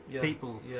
people